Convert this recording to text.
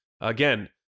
again